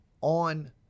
on